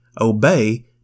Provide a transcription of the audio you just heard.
obey